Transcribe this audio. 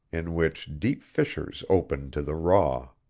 in which deep fissures opened to the raw.